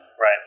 Right